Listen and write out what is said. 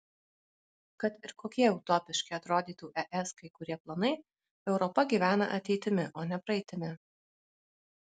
kad ir kokie utopiški atrodytų es kai kurie planai europa gyvena ateitimi o ne praeitimi